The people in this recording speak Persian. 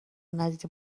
ندیده